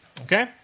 okay